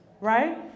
right